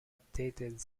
updated